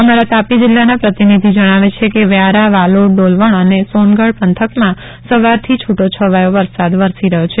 અમારા તાપી જિલ્લાના પ્રતિનિધિ જણાવે છે કે વ્યારા વાલોડ ડોલવણ અને સોનગઢ પંથકમાં સવારથી છૂટો છવાયો વરસાદ વરસી રહ્યો છે